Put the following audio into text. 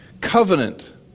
Covenant